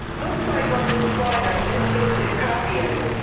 looks like on this slide i missed this in copy edit,